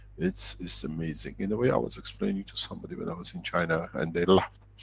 it's, it's amazing. in a way i was explaining to somebody when i was in china, and they laughed.